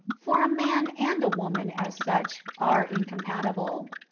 for a man and a woman, as such, are incompatible.